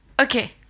Okay